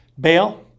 bail